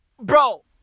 bro